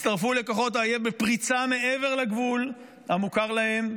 הם הצטרפו לכוחות האויב בפריצה מעבר לגבול המוכר להם.